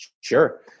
Sure